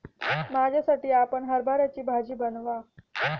माझ्यासाठी आपण हरभऱ्याची भाजी बनवा